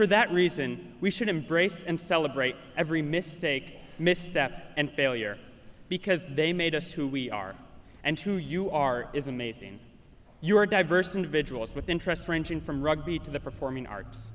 for that reason we should embrace and celebrate every mistake misstep and failure because they made us who we are and who you are is amazing you are diverse individuals with interest ranging from rugby to the performing arts